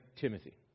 Timothy